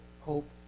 hope